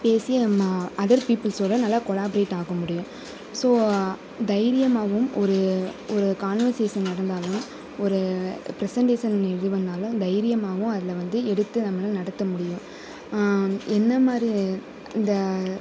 பேசி நம்ம அதர் பீப்பிள்ஸோடு நல்லா கொலாப்ரேட் ஆக முடியும் ஸோ தைரியமாகவும் ஒரு ஒரு கான்வர்சேஸன் நடந்தாலும் ஒரு ப்ரசன்டேஸன் இது பண்ணிணாலும் தைரியமாகவும் அதில் வந்து எடுத்து நம்மளால் நடத்த முடியும் என்ன மாதிரி இந்த